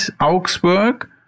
Augsburg